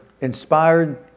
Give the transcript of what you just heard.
inspired